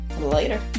Later